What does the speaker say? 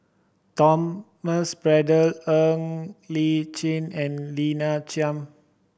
Thomas Braddell Ng Li Chin and Lina Chiam